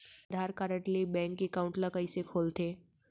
आधार card ले bank account ल कइसे खोलथे?